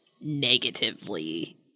negatively